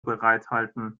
bereithalten